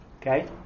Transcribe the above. Okay